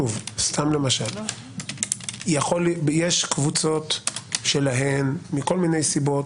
יש קבוצות שלהן מכל מיני סיבות